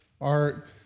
art